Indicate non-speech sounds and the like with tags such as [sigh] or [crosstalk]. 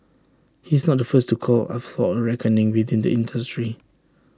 he's not the first to call [unintelligible] for A reckoning within the industry